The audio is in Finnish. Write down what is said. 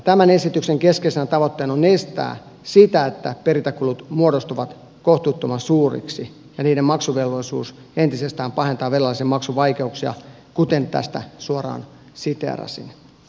tämän esityksen keskeisenä tavoitteena on estää sitä että perintäkulut muodostuvat kohtuuttoman suuriksi ja niiden maksuvelvollisuus entisestään pahentaa velallisen maksuvaikeuksia kuten tästä suoraan siteerasin